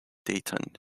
dayton